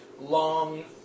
long